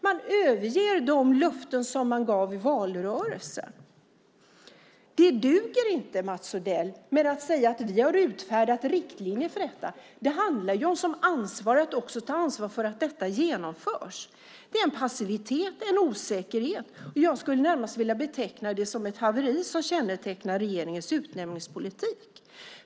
Man överger de löften som man gav i valrörelsen. Det duger inte, Mats Odell, med att säga att ni har utfärdat riktlinjer för detta. Det handlar för dem som har ansvar att också ta ansvar för att detta genomförs. Det är en passivitet och en osäkerhet. Jag skulle närmast vilja beteckna det som ett haveri som kännetecknar regeringens utnämningspolitik.